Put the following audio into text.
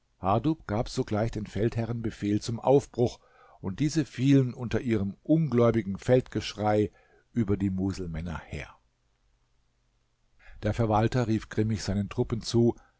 gab sogleich den feldherren befehl zum aufbruch und diese fielen unter ihrem ungläubigen feldgeschrei über die muselmänner her der verwalter rief grimmig seinen truppen zu